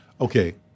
okay